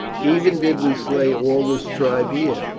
even did we slay all this tribe here,